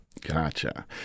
Gotcha